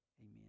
amen